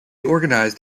organised